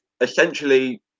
essentially